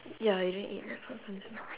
ya you didn't eat that